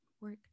work